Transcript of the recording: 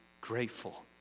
grateful